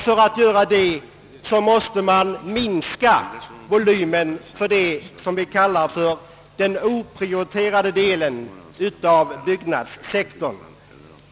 För att göra det måste man minska volymen av det som vi kallar för den oprioriterade delen av byggnadssektorn.